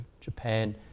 Japan